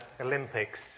Olympics